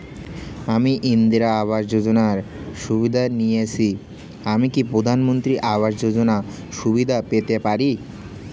আমি ইন্দিরা আবাস যোজনার সুবিধা নেয়েছি আমি কি প্রধানমন্ত্রী আবাস যোজনা সুবিধা পেতে পারি?